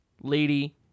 lady